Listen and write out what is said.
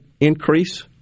increase